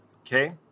Okay